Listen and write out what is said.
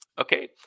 okay